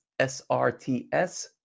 SRTS